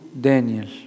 Daniel